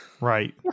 Right